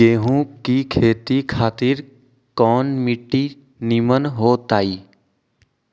गेंहू की खेती खातिर कौन मिट्टी निमन हो ताई?